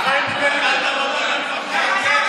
ועדת העבודה והרווחה.